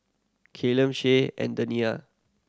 Callum Shae and Dania